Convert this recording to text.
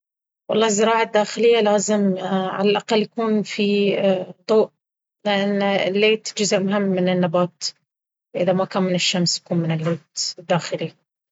والله الزراعة الداخلية لازم على الأقل يكون فيه ضوء لان الليت جزء مهم من النبات. إذا ما كان من الشمس بيكون من الليت داخلي.